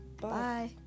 bye